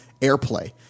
airplay